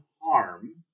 harm